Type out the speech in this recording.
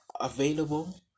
Available